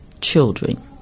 children